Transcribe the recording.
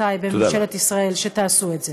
חברותי בממשלת ישראל, שתעשו את זה.